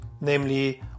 namely